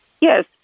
Yes